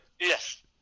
yes